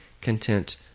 content